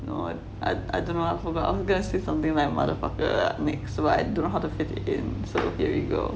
you know I I dunno I forgot I was going to say something like mother fucker something I don't know how to fit in so here we go